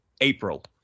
April